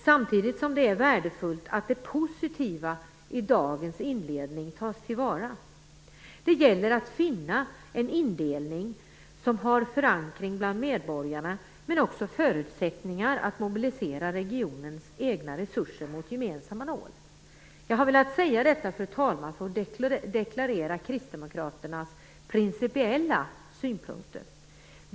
Samtidigt är det värdefullt att det positiva i dagens indelning tas till vara. Det gäller att finna en indelning som har förankring bland medborgarna men också förutsättningar att mobilisera regionens egna resurser mot gemensamma mål. Fru talman! Jag har velat säga detta för att deklarera Kristdemokraternas principiella synpunkter.